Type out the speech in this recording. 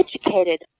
educated